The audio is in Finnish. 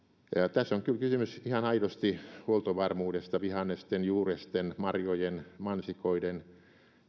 tässä on kysymys ihan aidosti huoltovarmuudesta vihannesten juuresten marjojen mansikoiden